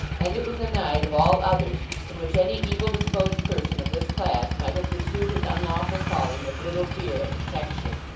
and it was a night, of all others, in which any evil-disposed person of this class might have pursued his unlawful calling with little fear of detection.